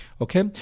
Okay